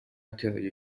کرایه